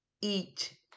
Eat